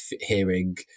hearing